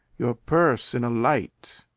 your purse in a light.